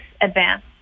advance